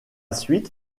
suite